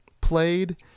played